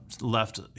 Left